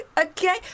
okay